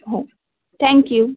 हो थँक्यू